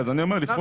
זה לא מספיק.